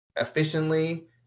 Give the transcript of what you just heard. efficiently